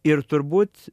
ir turbūt